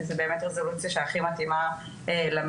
כי זו באמת רזולוציה שהכי מתאימה למשטרה,